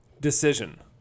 decision